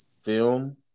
film